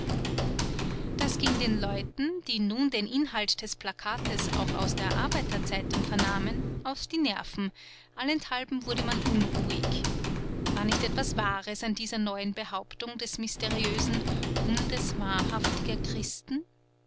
das ging den leuten die nun den inhalt des plakates auch aus der arbeiter zeitung vernahmen auf die nerven allenthalben wurde man unruhig war nicht etwas wahres an dieser neuen behauptung des mysteriösen bundes wahrhaftiger christen